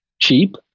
cheap